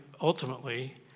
ultimately